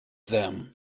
them